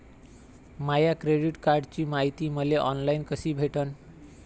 माया credit कार्डची मायती मले ऑनलाईन कसी भेटन?